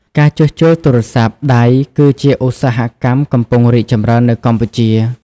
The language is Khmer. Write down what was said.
ការជួសជុលទូរស័ព្ទដៃគឺជាឧស្សាហកម្មកំពុងរីកចម្រើននៅកម្ពុជា។